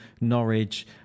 Norwich